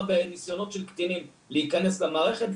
בניסיונות של קטינים להיכנס למערכת,